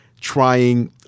trying